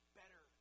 better